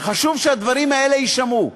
וחשוב שהדברים יישמעו,